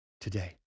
today